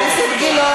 חבר הכנסת גילאון,